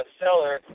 seller